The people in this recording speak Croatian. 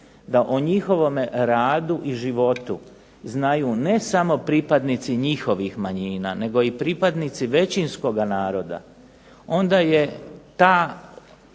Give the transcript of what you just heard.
da o njihovome radu i životu znaju ne samo pripadnici njihovih manjina nego i pripadnici većinskoga naroda onda je ta